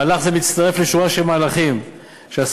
מהלך זה מצטרף לשורה של מהלכים שהשר